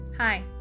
Hi